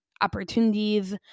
opportunities